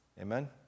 Amen